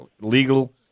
legal